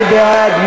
מי בעד?